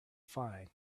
fine